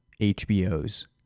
HBO's